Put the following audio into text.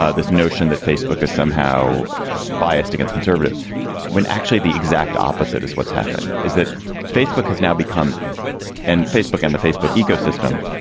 ah this notion that facebook is somehow biased against conservative when actually the exact opposite is what's happened is that facebook has now become and facebook and the facebook ecosystem